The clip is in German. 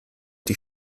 die